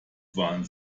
waren